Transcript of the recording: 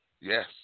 Yes